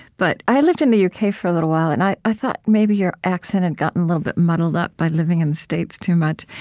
but i lived in the u k. for a little while, and i i thought maybe your accent had gotten a little bit muddled up by living in the states too much.